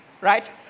right